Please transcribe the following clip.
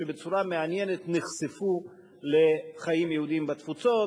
שבצורה מעניינת נחשפו לחיים יהודיים בתפוצות.